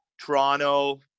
Toronto